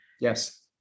Yes